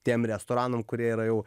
tiem restoranam kurie yra jau